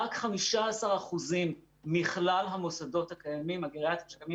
רק 15% מכלל המוסדות הגריאטריים הקיימים